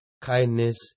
kindness